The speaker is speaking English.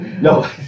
no